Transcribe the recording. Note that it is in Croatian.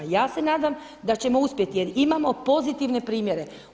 Ja se nadam da ćemo uspjeti jer imamo pozitivne primjere.